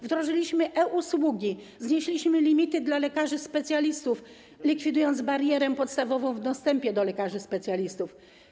Wdrożyliśmy e-usługi, znieśliśmy limity dla lekarzy specjalistów, likwidując barierę podstawową w dostępie do lekarzy specjalistów.